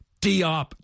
Diop